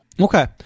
Okay